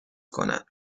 کنن